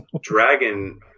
dragon